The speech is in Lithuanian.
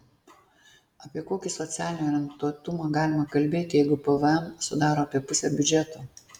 apie kokį socialinį orientuotumą galima kalbėti jeigu pvm sudaro apie pusę biudžeto